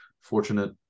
fortunate